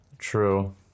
True